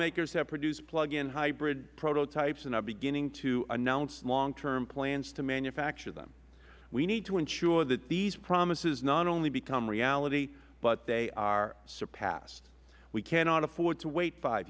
automakers have produced plug in hybrid prototypes and are beginning to announce long term plans to manufacture them we need to ensure that these promises not only become reality but they are surpassed we cannot afford to wait five